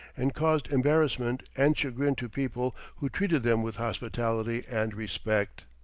and caused embarrassment and chagrin to people who treated them with hospitality and respect.